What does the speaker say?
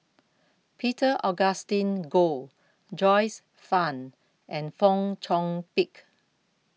Peter Augustine Goh Joyce fan and Fong Chong Pik